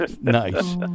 Nice